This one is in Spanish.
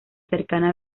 cercana